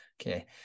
Okay